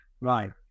Right